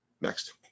Next